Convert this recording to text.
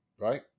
right